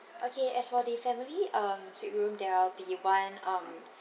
okay as for the family um suite room there will be one um